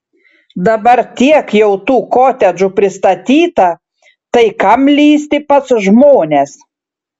dabar tiek jau tų kotedžų pristatyta tai kam lįsti pas žmones